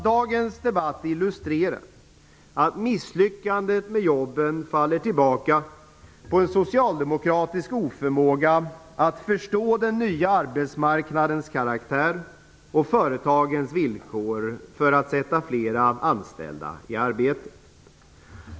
Dagens debatt illustrerar att misslyckandet med jobben faller tillbaka på en socialdemokratisk oförmåga att förstå den nya arbetsmarknadens karaktär och företagens villkor för att sätta fler anställda i arbete.